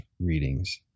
readings